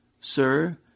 Sir